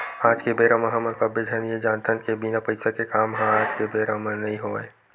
आज के बेरा म हमन सब्बे झन ये जानथन के बिना पइसा के काम ह आज के बेरा म नइ होवय